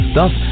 Thus